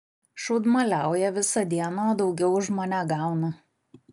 šūdmaliauja visą dieną o daugiau už mane gauna